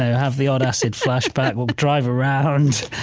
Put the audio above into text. have the odd acid flashback or drive around.